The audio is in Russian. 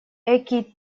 экий